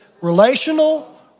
relational